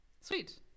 Sweet